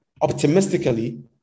optimistically